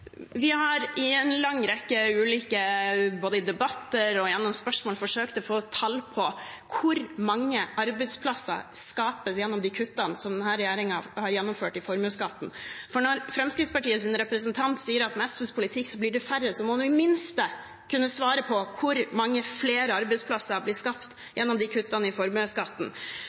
Vi har både i en lang rekke ulike debatter og gjennom spørsmål forsøkt å få tall på hvor mange arbeidsplasser som skapes gjennom de kuttene i formuesskatten som denne regjeringen har gjennomført. For når Fremskrittspartiets representant sier at med SVs politikk blir det færre arbeidsplasser, må han i det minste kunne svare på hvor mange flere som blir skapt gjennom kuttene i formuesskatten.